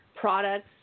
products